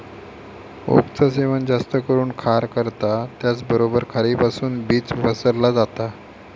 ओकचा सेवन जास्त करून खार करता त्याचबरोबर खारीपासुन बीज पसरला जाता